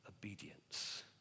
obedience